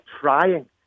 trying